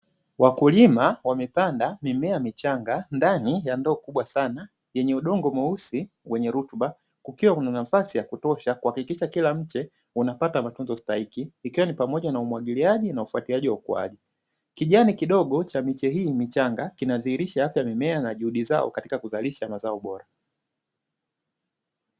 Wakulima wamepanda mimea michanga ndani ya ndoo kubwa sana yenye udongo mweusi wenye rutuba, kukiwa kuna nafasi ya kutosha kuhakikisha kila mche unapata matunzo stahiki, ikiwa ni pamoja na umwagiliaji na ufuatiliaji wa ukuaji. Kijani kidogo cha mimche hii michanga kinadhihirisha afya ya mmea na juhudi zao katika kuzalisha mazoa bora.